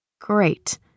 Great